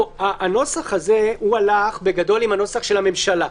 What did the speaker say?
הנוסח הזה הלך, בגדול, עם הנוסח של הממשלה.